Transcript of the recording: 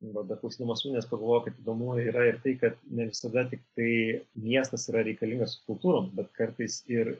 vat dar klausydamas ugnės pagalvojau kad įdomu yra ir tai kad ne visada tiktai miestas yra reikalingas subkultūrom bet kartais ir